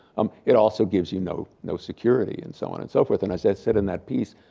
um it also gives you know no security and so on and so forth and as i said in that piece,